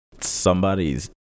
somebody's